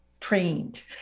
trained